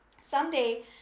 Someday